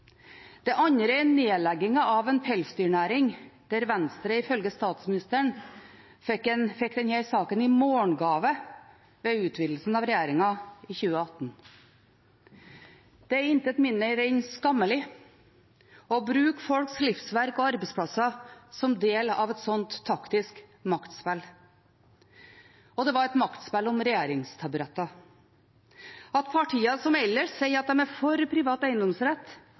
Den andre er nedleggingen av pelsdyrnæringen, der Venstre ifølge statsministeren fikk denne saken i morgengave ved utvidelsen av regjeringen i 2018. Det er intet mindre enn skammelig å bruke folks livsverk og arbeidsplasser som del av et sånt taktisk maktspill. Det var et maktspill om regjeringstaburetter. At partier som ellers sier at de er for privat eiendomsrett